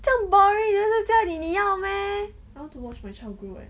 这样 boring 你又是在家里你要 meh